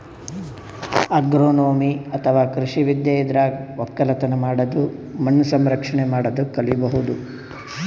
agronomy ಅಥವಾ ಕೃಷಿ ವಿದ್ಯೆ ಇದ್ರಾಗ್ ಒಕ್ಕಲತನ್ ಮಾಡದು ಮಣ್ಣ್ ಸಂರಕ್ಷಣೆ ಮಾಡದು ಕಲಿಬಹುದ್